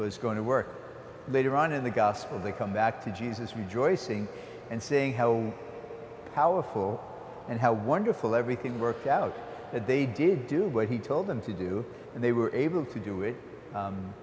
was going to work later on in the gospel they come back to jesus rejoicing and saying how powerful and how wonderful everything worked out that they did do what he told them to do and they were able to do it